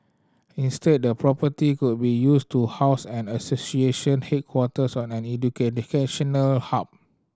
instead the property could be used to house an association headquarters or an educational hub